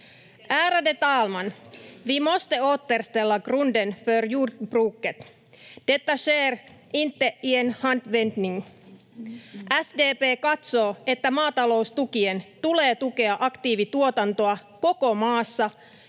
Ärade talman! Vi måste återställa grunden för jordbruket. Detta sker inte i en handvändning. SDP katsoo, että maataloustukien tulee tukea aktiivituotantoa koko maassa